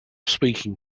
speaking